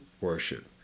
worship